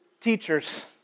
teachers